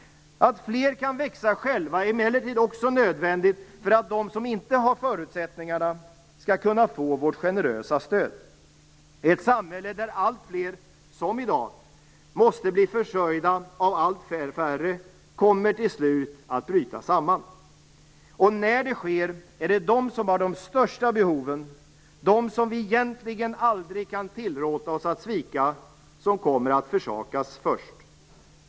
Att fler kan växa själva är emellertid också nödvändigt för att de som inte har förutsättningarna skall kunna få vårt generösa stöd. Ett samhälle där alltfler, som i dag, måste bli försörjda av allt färre kommer till slut att bryta samman. När det sker är det de som har de största behoven, de som vi egentligen aldrig kan tillåta oss att svika, som kommer att försakas först.